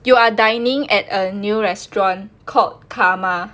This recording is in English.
you are dining at a new restaurant called karma